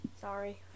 Sorry